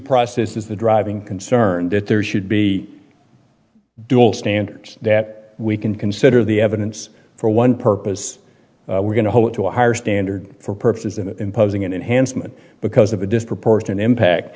process is the driving concerned that there should be dual standards that we can consider the evidence for one purpose we're going to hold it to a higher standard for purposes of imposing an enhancement because of a disproportionate impact